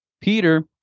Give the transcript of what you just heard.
Peter